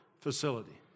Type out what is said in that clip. Facility